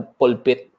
pulpit